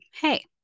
hey